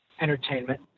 entertainment